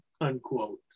unquote